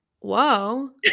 Whoa